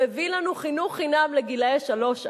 הוא הביא לנו חינוך חינם לגילאי שלוש ארבע.